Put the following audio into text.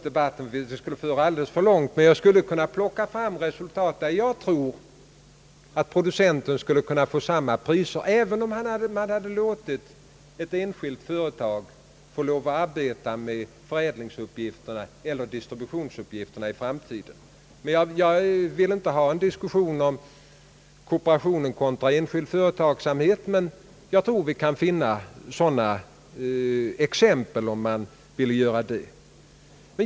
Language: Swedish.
Det skulle föra alldeles för långt om jag plockade fram exempel på fall där jag tror att producenten skulle kunnat få samma priser även om man låtit ett enskilt företag arbeta med förädlingseller distributionsuppgifterna. Jag vill inte ha någon diskussion om kooperationen kontra enskild företagsamhet, men jag tror att man skulle kunna finna sådana exempel om man ville göra det.